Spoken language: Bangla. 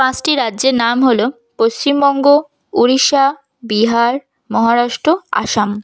পাঁচটি রাজ্যের নাম হল পশ্চিমবঙ্গ উড়িষ্যা বিহার মহারাষ্ট্র আসাম